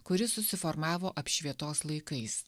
kuri susiformavo apšvietos laikais